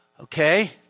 Okay